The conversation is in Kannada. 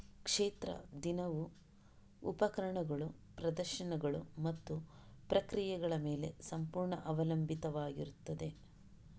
ಕ್ಷೇತ್ರ ದಿನವು ಉಪಕರಣಗಳು, ಪ್ರದರ್ಶನಗಳು ಮತ್ತು ಪ್ರಕ್ರಿಯೆಗಳ ಮೇಲೆ ಸಂಪೂರ್ಣ ಅವಲಂಬಿತವಾಗಿರುತ್ತದೆ